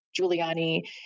Giuliani